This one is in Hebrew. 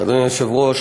אדוני היושב-ראש,